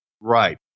Right